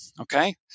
Okay